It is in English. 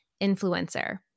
influencer